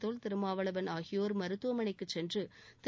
தொல் திருமாவளவன் ஆகியோர் மருத்துவமனைக்குச் சென்று திரு